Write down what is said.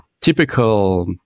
typical